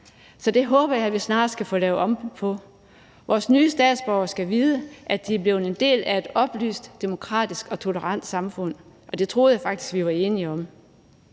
så det håber jeg vi snarest kan få lavet om på. Vores nye statsborgere skal vide, at de er blevet en del af et oplyst, demokratisk og tolerant samfund, og det troede jeg faktisk vi var enige om.